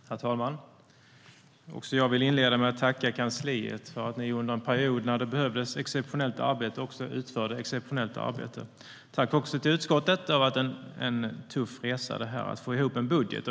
Herr talman! Också jag vill inleda med att tacka kansliet för att de under en period när det behövdes exceptionellt arbete också utförde exceptionellt arbete. Jag vill också tacka utskottet. Det har varit en tuff resa att få ihop en budget.